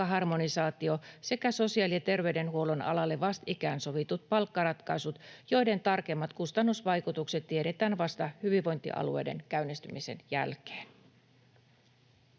sekä sosiaali- ja terveydenhuollon alalle vastikään sovitut palkkaratkaisut, joiden tarkemmat kustannusvaikutukset tiedetään vasta hyvinvointialueiden käynnistymisen jälkeen.